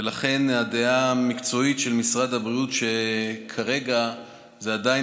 ולכן הדעה המקצועית של משרד הבריאות היא שכרגע עדיין